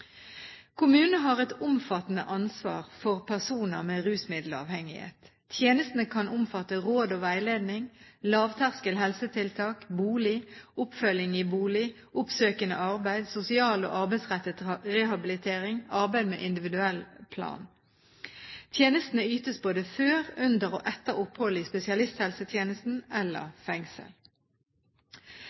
Kommunene har et omfattende ansvar for personer med rusmiddelavhengighet. Tjenestene kan omfatte råd og veiledning, lavterskel helsetiltak, bolig, oppfølging i bolig, oppsøkende arbeid, sosial- og arbeidsrettet rehabilitering og arbeid med individuell plan. Tjenestene ytes både før, under og etter opphold i spesialisthelsetjenesten eller fengsel.